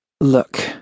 Look